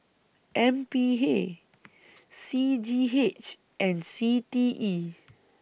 M P A C G H and C T E